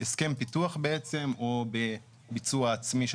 בהסכם פיתוח בעצם או בביצוע עצמי של